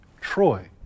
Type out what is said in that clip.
Troy